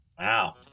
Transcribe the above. Wow